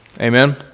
Amen